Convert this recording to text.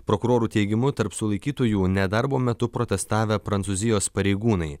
prokurorų teigimu tarp sulaikytųjų nedarbo metu protestavę prancūzijos pareigūnai